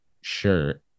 shirt